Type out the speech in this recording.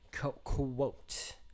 quote